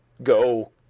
go,